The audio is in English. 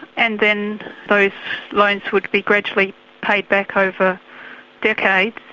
and then those loans would be gradually paid back over decades,